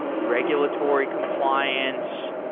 regulatory compliance.